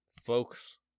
folks